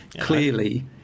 clearly